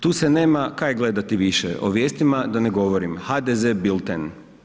Tu se nema kaj gledati više, o vijestima da ne govorim, HDZ bilten.